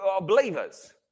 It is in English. believers